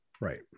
right